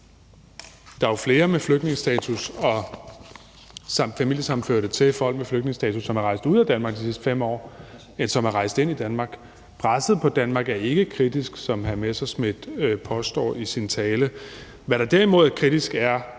5 år flere med flygtningestatus samt familiesammenførte til folk med flygtningestatus, som er rejst ud af af Danmark, end der er rejst ind i Danmark. Presset på Danmark er ikke kritisk, som hr. Morten Messerschmidt påstår i sin tale. Hvad der derimod er kritisk, er